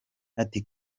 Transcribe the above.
ati